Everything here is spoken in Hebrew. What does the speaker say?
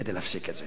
כדי להפסיק את זה.